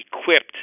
equipped